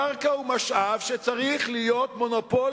קרקע היא משאב שצריך להיות מונופול